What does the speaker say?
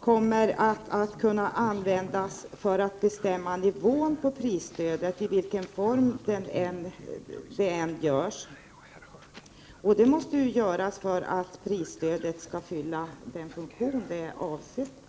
förhandlingsform, som kommer att kunna användas för att bestämma nivån på prisstödet, i vilken form det än genomförs. Detta måste man göra för att prisstödet skall kunna fylla den funktion som avses.